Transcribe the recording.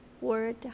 word